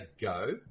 go